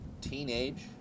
teenage